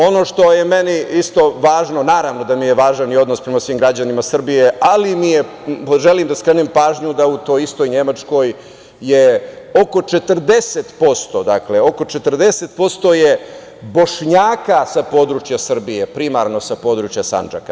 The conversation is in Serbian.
Ono što je meni važno, naravno da mi je važan i odnos prema svim građanima Srbije, ali želim da skrenem pažnju da u toj istoj Nemačkoj je oko 40% Bošnjaka sa područja Srbije, primarno sa područja Sandžaka.